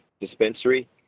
dispensary